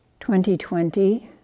2020